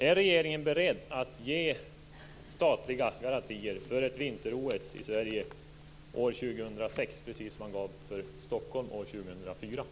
Är regeringen beredd att ge statliga garantier för ett vinter-OS i Sverige år 2006, precis som man gav Stockholm garantier inför 2004?